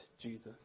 Jesus